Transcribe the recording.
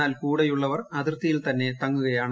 എന്നാൽ കൂടെയുള്ളവർ അതിർത്തിയിൽ തന്നെ തങ്ങുകയാണ്